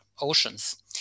oceans